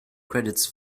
credits